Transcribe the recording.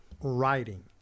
writing